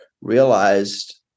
realized